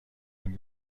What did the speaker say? این